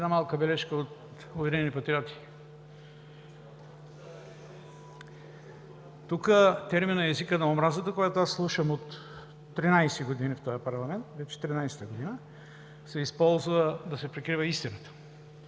Една малка бележка от „Обединени патриоти“. Тук терминът „език на омразата“, която слушам от 13 години в този парламент, се използва да се прикрива истината.